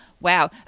wow